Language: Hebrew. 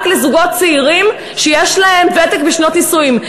לזוגות צעירים שיש להם ותק ושנות נישואים.